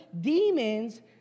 demons